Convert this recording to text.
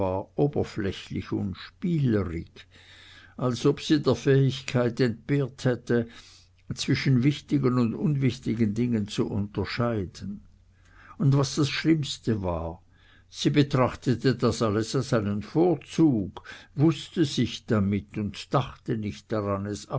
oberflächlich und spielrig als ob sie der fähigkeit entbehrt hätte zwischen wichtigen und unwichtigen dingen zu unterscheiden und was das schlimmste war sie betrachtete das alles als einen vorzug wußte sich was damit und dachte nicht daran es